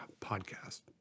podcast